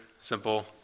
simple